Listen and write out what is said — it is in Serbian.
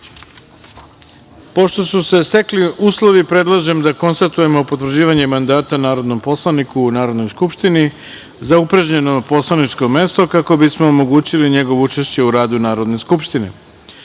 radom. Pošto su se stekli uslovi, predlažem da konstatujemo potvrđivanje mandata narodnom poslaniku u Narodnoj skupštini za upražnjeno poslaničko mesto, kako bismo omogućili njegovo učešće u radu Narodne skupštine. Uručena